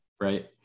right